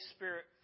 Spirit